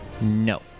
No